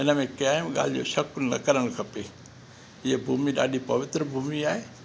इन में कंहिं बि ॻाल्हि जो शकु न करणु खपे हीअ भूमि ॾाढी पवित्र भूमि आहे